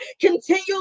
continue